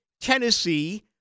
Tennessee